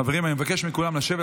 חברים, אני מבקש מכולם לשבת.